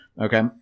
Okay